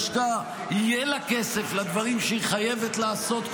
יבטיח את זה שללשכה יהיה כסף לדברים שהיא חייבת לעשות,